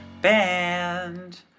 band